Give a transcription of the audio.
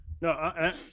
No